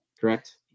Correct